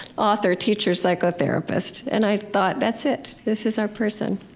author, teacher, psychotherapist. and i thought, that's it. this is our person.